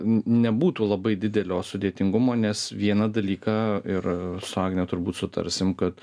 n nebūtų labai didelio sudėtingumo nes vieną dalyką ir su agne turbūt sutarsim kad